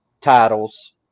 titles